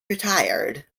retired